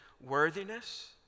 worthiness